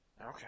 Okay